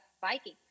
biking